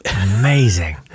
amazing